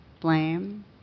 blame